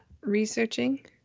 researching